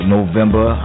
November